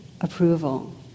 approval